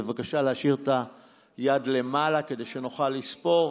בבקשה להשאיר את היד למעלה כדי שנוכל לספור.